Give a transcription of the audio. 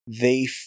they-